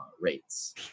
rates